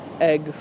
egg